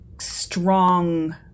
strong